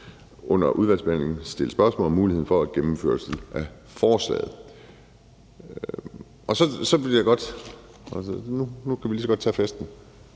under udvalgsbehandlingen stille spørgsmål om muligheden for at gennemføre forslaget. Nu kan vi lige så godt tage festen.